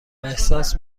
احساس